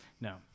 No